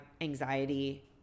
anxiety